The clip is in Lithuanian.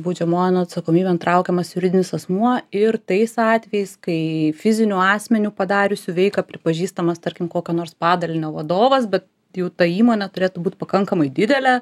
baudžiamojon atsakomybėn traukiamas juridinis asmuo ir tais atvejais kai fiziniu asmeniu padariusio veiką pripažįstamas tarkim kokio nors padalinio vadovas bet jau ta įmonė turėtų būt pakankamai didelė